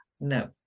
No